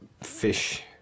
fish